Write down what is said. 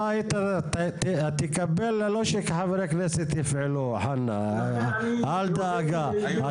אתה תקבל ללא שחברי הכנסת יפעלו, חנא, אל דאגה.